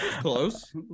Close